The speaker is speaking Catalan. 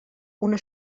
una